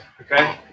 Okay